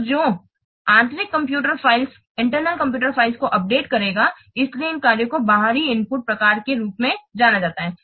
तो जो आंतरिक कंप्यूटर फ़ाइलों को अपडेट करेगा इसलिए इन कार्यों को बाहरी इनपुट प्रकार के रूप में जाना जाता है